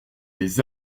les